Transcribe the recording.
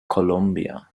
columbia